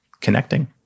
connecting